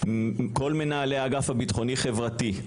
כל מנהלי האגף הבטחוני-חברתי,